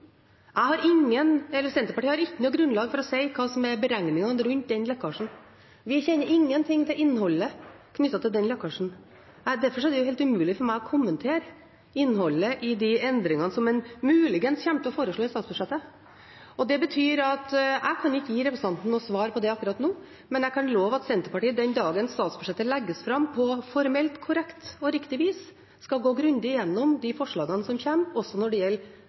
jeg ikke kan gi representanten svar på det akkurat nå, men jeg kan love at Senterpartiet, den dagen statsbudsjettet legges fram på formelt korrekt og riktig vis, skal gå grundig igjennom de forslagene som kommer, også når det gjelder